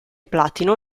platino